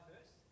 first